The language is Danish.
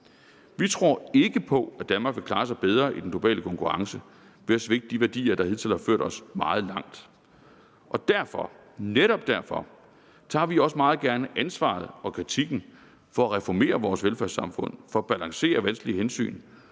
Vi tror ikke på, at Danmark vil klare sig bedre i den globale konkurrence ved at svigte de værdier, der hidtil har bragt os meget langt. Netop derfor tager vi meget gerne ansvaret og kritikken for at reformere vores velfærdssamfund, balancere vanskelige hensyn